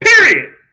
Period